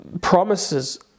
promises